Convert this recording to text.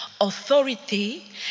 Authority